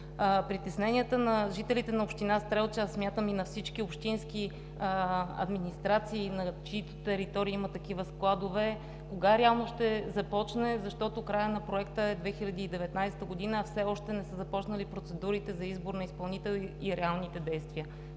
Притесненията на жителите на община Стрелча, а смятам и на всички общински администрации, на чиито територии има такива складове, е кога реално ще започне проектът, защото краят е 2019 г., а все още не са започнали процедурите за избор на изпълнител и реалните действия?